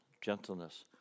gentleness